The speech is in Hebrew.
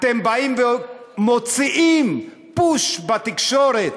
אתם באים ומוציאים "פוש" בתקשורת,